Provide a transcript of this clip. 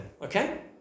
Okay